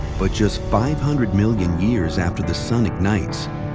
but just five hundred million years after the sun ignites,